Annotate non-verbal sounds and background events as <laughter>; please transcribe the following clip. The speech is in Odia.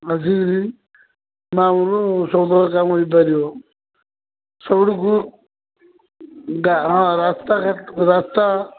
ଆସିକିରି <unintelligible> କାମ ହେଇପାରିବ ସବୁଠୁ ହଁ ରାସ୍ତା ରାସ୍ତା